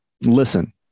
listen